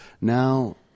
Now